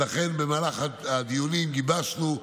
ולכן במהלך הדיונים גיבשנו,